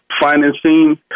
financing